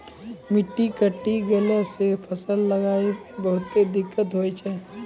मिट्टी कटी गेला सॅ फसल लगाय मॅ बहुते दिक्कत होय छै